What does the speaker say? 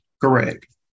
Correct